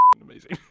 amazing